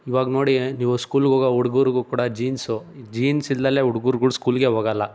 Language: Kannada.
ಇವಾಗ ನೋಡಿ ನೀವು ಸ್ಕೂಲುಗೆ ಹೋಗೋ ಹುಡುಗುರ್ಗೂ ಕೂಡ ಜೀನ್ಸು ಜೀನ್ಸ್ ಇಲ್ದೆ ಹುಡ್ಗೂರ್ಗುಳು ಸ್ಕೂಲ್ಗೇ ಹೋಗಲ್ಲ